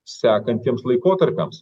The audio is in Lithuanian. sekantiems laikotarpiams